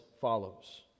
follows